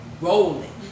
rolling